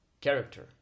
character